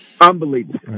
Unbelievable